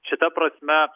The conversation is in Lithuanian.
šita prasme